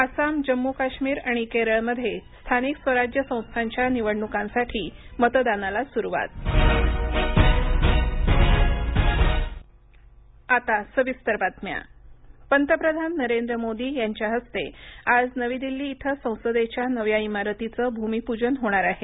आसाम जम्मू काश्मीर आणि केरळमध्ये स्थानिक स्वराज्य संस्थांच्या निवडणुकांसाठी मतदानाला सुरुवात नवीन संसद भवन पंतप्रधान नरेंद्र मोदी यांच्या हस्ते आज नवी दिल्ली इथं संसदेच्या नव्या इमारतीचं भ्रमिप्जन होणार आहे